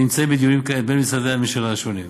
נמצאים בדיונים בין משרדי הממשלה השונים.